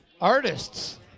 artists